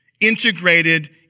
integrated